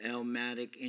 Elmatic